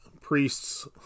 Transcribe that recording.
priests